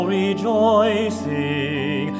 rejoicing